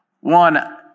One